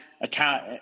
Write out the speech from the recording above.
account